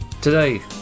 today